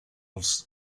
els